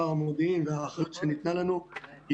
שר המודיעין והאחריות שניתנה לנו היא